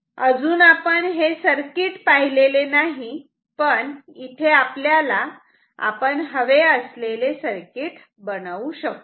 अजून आपण हे सर्किट पाहिलेले नाही पण इथे आपल्याला आपण हवे असलेले सर्किट बनवू शकतो